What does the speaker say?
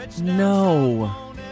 No